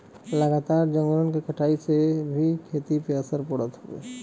लगातार जंगलन के कटाई से भी खेती पे असर पड़त हउवे